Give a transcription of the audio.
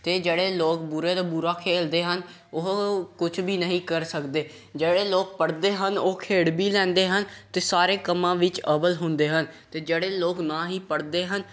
ਅਤੇ ਜਿਹੜੇ ਲੋਕ ਬੁਰੇ ਤੋਂ ਬੁਰਾ ਖੇਡਦੇ ਹਨ ਉਹ ਕੁਛ ਵੀ ਨਹੀਂ ਕਰ ਸਕਦੇ ਜਿਹੜੇ ਲੋਕ ਪੜ੍ਹਦੇ ਹਨ ਉਹ ਖੇਡ ਵੀ ਲੈਂਦੇ ਹਨ ਅਤੇ ਸਾਰੇ ਕੰਮਾਂ ਵਿੱਚ ਅੱਵਲ ਹੁੰਦੇ ਹਨ ਅਤੇ ਜਿਹੜੇ ਲੋਕ ਨਾ ਹੀ ਪੜ੍ਹਦੇ ਹਨ